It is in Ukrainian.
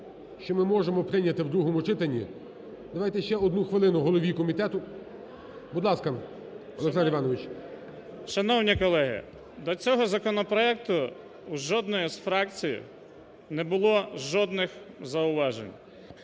що ми можемо прийняти в другому читанні. Давайте ще одну хвилину голові комітету, будь ласка, Олександре Івановичу. 16:29:54 ДАНЧЕНКО О.І. Шановні колеги, до цього законопроекту в жодної з фракції не було жодних зауважень.